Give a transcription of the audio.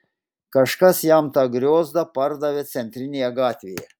kažkas jam tą griozdą pardavė centrinėje gatvėje